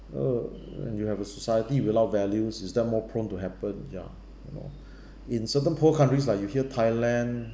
oh when you have a society without values is that more prone to happen ya you know in certain poor countries like you hear thailand